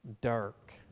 dark